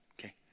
okay